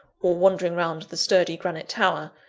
or wandering round the sturdy granite tower,